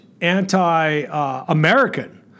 anti-American